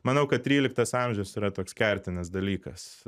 manau kad tryliktas amžius yra toks kertinis dalykas